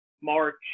March